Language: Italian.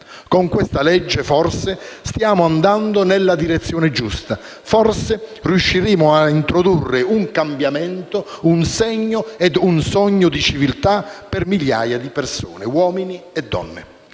Con questo provvedimento, forse, stiamo andando nella direzione giusta, forse riusciremo a introdurre un cambiamento, un segno e un sogno di civiltà per migliaia di persone, uomini e donne.